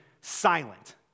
silent